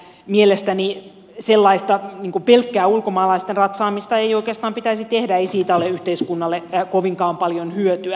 mielestäni sellaista pelkkää ulkomaalaisten ratsaamista ei oikeastaan pitäisi tehdä ei siitä ole yhteiskunnalle kovinkaan paljon hyötyä